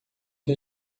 que